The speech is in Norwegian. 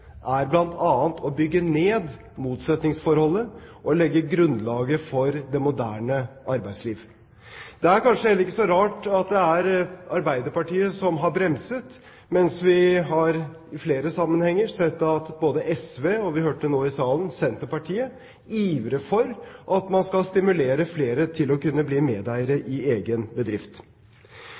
er bl.a. å bygge ned motsetningsforholdet og legge grunnlaget for det moderne arbeidsliv. Det er kanskje heller ikke så rart at det er Arbeiderpartiet som har bremset, mens vi i flere sammenhenger har sett at både SV og – som vi hørte nå i salen – Senterpartiet ivrer for at man skal stimulere flere til å kunne bli medeiere i egen bedrift.